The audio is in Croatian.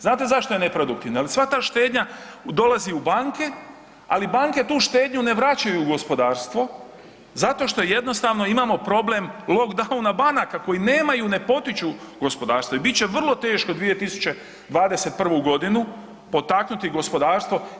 Znate zašto je neproduktivna jer sva ta štednja dolazi u banke, ali banke tu štednju ne vraćaju u gospodarstvo zato što jednostavno imamo problem lockdowna banaka koji nemaju, ne potiču gospodarstvo i bit će vrlo teško 2021. godinu potaknuti gospodarstvo.